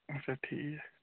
اچھا ٹھیٖک